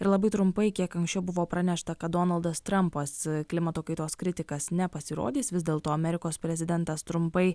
ir labai trumpai kiek anksčiau buvo pranešta kad donaldas trampas klimato kaitos kritikas nepasirodys vis dėlto amerikos prezidentas trumpai